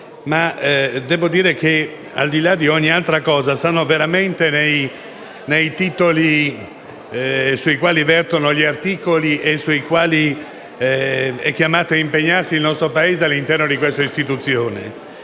Devo dire che, al di là di ogni altra cosa, tali ragioni stanno veramente nei titoli sui quali vertono gli articoli e sui quali è chiamato a impegnarsi il nostro Paese all'interno dell'istituzione